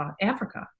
Africa